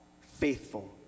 faithful